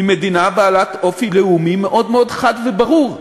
היא מדינה בעלת אופי לאומי מאוד מאוד חד וברור.